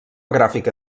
gràfica